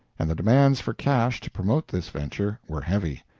and the demands for cash to promote this venture were heavy.